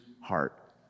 heart